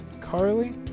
Carly